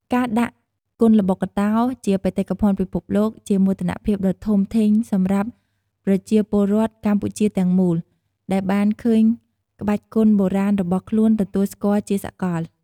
ការដាក់គុនល្បុក្កតោជាបេតិកភណ្ឌពិភពលោក ជាមោទនភាពដ៏ធំធេងសម្រាប់ប្រជាពលរដ្ឋកម្ពុជាទាំងមូល ដែលបានឃើញក្បាច់គុនបុរាណរបស់ខ្លួនទទួលស្គាល់ជាសាកល។